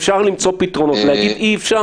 אפשר למצוא פתרונות ולא נכון יהיה להגיד שאי-אפשר.